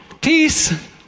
Peace